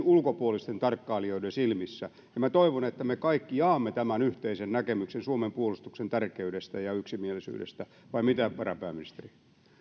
ulkopuolisten tarkkailijoiden silmissä toivon että me kaikki jaamme tämän yhteisen näkemyksen suomen puolustuksen tärkeydestä ja yksimielisyydestä vai mitä varapääministeri